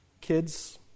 kids